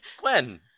Gwen